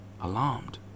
alarmed